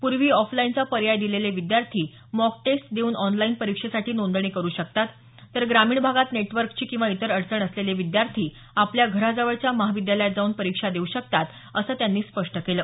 पूर्वी ऑफलाईनचा पर्याय दिलेले विद्यार्थी मॉक टेस्ट देऊन ऑनलाईन परीक्षेसाठी नोंदणी करू शकतात तर ग्रामीण भागात नेटवर्कची किंवा इतर अडचण असलेले विद्यार्थी आपल्या घराजवळच्या महाविद्यालयात परीक्षा देऊ शकतात असं त्यांनी स्पष्ट केलं